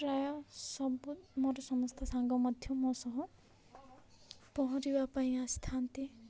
ପ୍ରାୟ ସବୁ ମୋର ସମସ୍ତ ସାଙ୍ଗ ମଧ୍ୟ ମୋ ସହ ପହଁରିବା ପାଇଁ ଆସିଥାନ୍ତି